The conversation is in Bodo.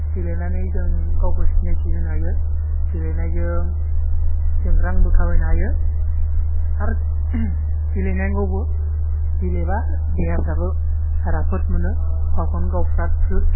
गेलेनानै जों गावखौ सिनायथि होनो हायो गेलेनायजों जो रांबो खामायनो हायो आरो गेलेनांगौबो गेलेबा देहाफ्राबो राफोद मोनो गावखौनो गाव फ्राद फ्रुद